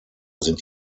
sind